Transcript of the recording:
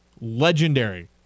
legendary